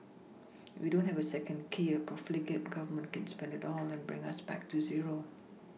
we don't have a second key a profligate Government can spend it all and bring us back to zero